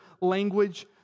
language